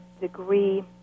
degree